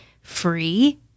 free